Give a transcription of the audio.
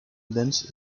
lens